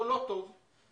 לא את מי שבנה את האסדה,